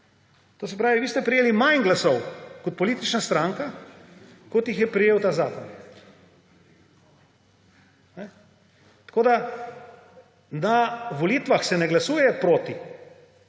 To se pravi, vi ste prejeli manj glasov kot politična stranka, kot jih je prejel ta zakon. Na volitvah se ne glasuje proti,